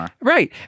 Right